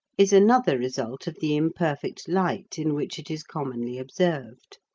is another result of the imperfect light in which it is commonly observed.